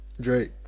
Drake